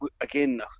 again